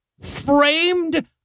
framed